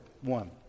one